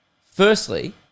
Firstly